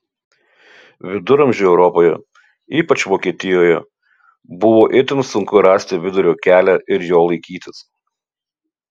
viduramžių europoje ypač vokietijoje buvo itin sunku rasti vidurio kelią ir jo laikytis